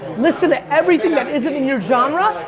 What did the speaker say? listen to everything that isn't in your genre,